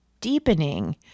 deepening